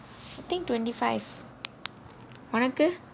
I think twenty five உனக்கு:unakku